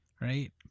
right